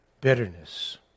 bitterness